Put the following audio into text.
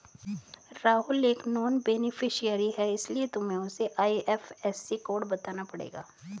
राहुल एक non beneficiary है इसीलिए तुम्हें उसे आई.एफ.एस.सी कोड बताना पड़ेगा